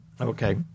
okay